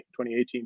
2018